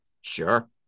Sure